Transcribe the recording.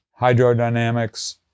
hydrodynamics